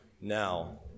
now